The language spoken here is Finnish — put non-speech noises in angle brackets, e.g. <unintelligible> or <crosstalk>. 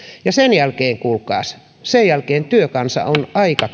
ja sen jälkeen kuulkaas työkansa on aika <unintelligible>